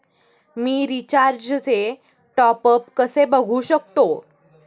मी रिचार्जचे टॉपअप कसे बघू शकतो?